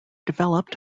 developed